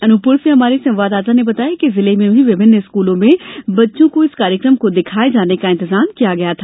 अन्पपुर से हमारे संवाददाता ने बताया कि जिले में भी विभिन्न स्कूलों में बच्चों को इस कार्यक्रम को दिखाये जाने का इंतजाम किया गया था